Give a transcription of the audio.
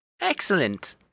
Excellent